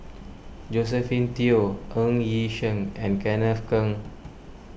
Josephine Teo Ng Yi Sheng and Kenneth Keng